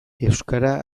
euskara